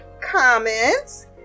comments